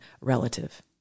relative